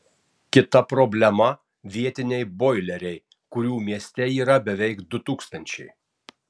kita problema vietiniai boileriai kurių mieste yra beveik du tūkstančiai